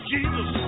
Jesus